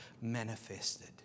manifested